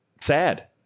sad